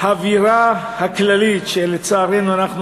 האווירה הכללית, שלצערנו אנחנו,